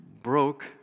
broke